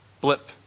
blip